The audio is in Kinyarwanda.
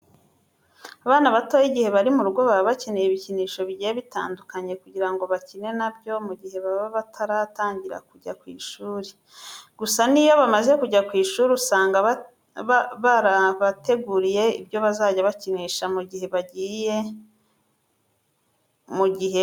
Abana batoya igihe bari mu rugo baba bakeneye ibikinisho bigiye bitandukanye kugira ngo bakine na byo mu gihe baba bataratangira kujya ku ishuri. Gusa n'iyo bamaze kujya ku ishuri usanga barabateguriye ibyo bazajya bakinisha mu gihe bagiye mu gihe cy'akaruhuko.